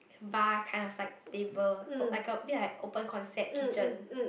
bar kind of like table like a bit like open concept kitchen